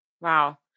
Wow